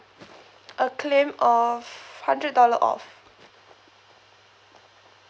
a claim of hundred dollar off